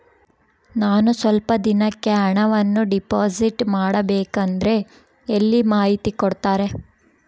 ನಾನು ಸ್ವಲ್ಪ ದಿನಕ್ಕೆ ಹಣವನ್ನು ಡಿಪಾಸಿಟ್ ಮಾಡಬೇಕಂದ್ರೆ ಎಲ್ಲಿ ಮಾಹಿತಿ ಕೊಡ್ತಾರೆ?